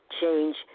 change